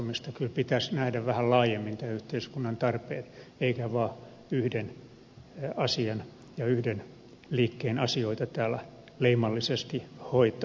kyllä pitäisi nähdä vähän laajemmin tämän yhteiskunnan tarpeet eikä vain yhden asian ja yhden liikkeen asioita täällä leimallisesti hoitaa